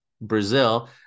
Brazil